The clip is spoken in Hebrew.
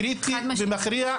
קריטי ומכריע,